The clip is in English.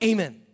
Amen